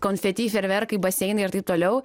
konfeti fejerverkai baseinai ir taip toliau